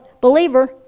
believer